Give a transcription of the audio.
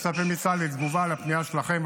ואני מצפה מצה"ל לתגובה על הפנייה שלכן,